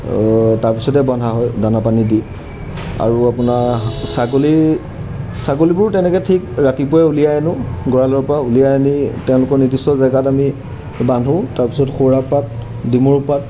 তাৰপিছতে বন্ধা হয় দানা পানী দি আৰু আপোনাৰ ছাগলীৰ ছাগলীবোৰো তেনেকৈ ঠিক ৰাতিপুৱাই উলিয়াই আনো গঁৰালৰপৰা উলিয়াই আনি তেওঁলোকৰ নিৰ্দিষ্ট জেগাত আমি বান্ধো তাৰপিছত সৌৰা পাত ডিমৰু পাত